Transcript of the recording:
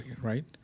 right